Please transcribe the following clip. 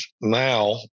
now